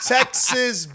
Texas